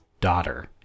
daughter